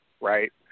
right